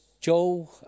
Joe